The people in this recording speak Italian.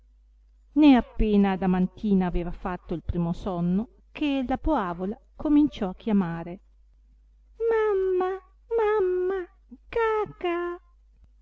né appena adamantina aveva fatto il primo sonno che la poavola cominciò chiamare mamma mamma caca